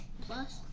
Plus